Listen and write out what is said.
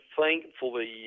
Thankfully